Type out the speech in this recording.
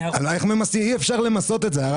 אי אפשר למסות את זה.